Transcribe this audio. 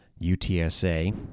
UTSA